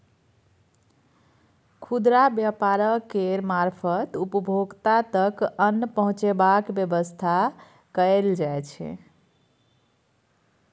खुदरा व्यापार केर मारफत उपभोक्ता तक अन्न पहुंचेबाक बेबस्था कएल जाइ छै